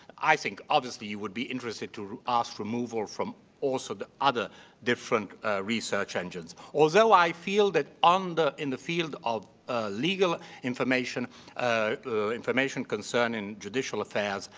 i think obviously you would be interested to ask removal from also the other different research engines. although l feel that and in the field of legal information ah information concerning judicial affairs,